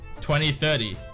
2030